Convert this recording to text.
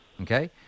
okay